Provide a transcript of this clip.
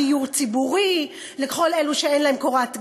לתת דיור ציבורי לכל אלו שאין להם קורת גג,